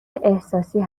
احساسی